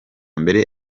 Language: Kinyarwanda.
mbere